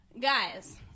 Guys